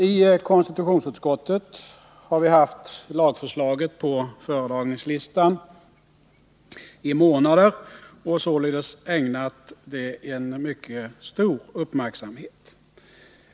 I konstitutionsutskottet har vi haft lagförslaget på föredragningslistan i månader och således ägnat det en mycket stor uppmärksamhet.